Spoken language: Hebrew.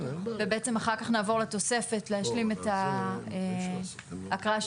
ובעצם אחר כך נעבור לתוספת להשלים את ההקראה של